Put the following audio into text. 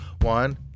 One